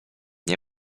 nie